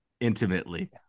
intimately